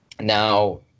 Now